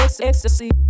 ecstasy